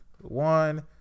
One